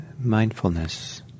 mindfulness